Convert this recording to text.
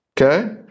Okay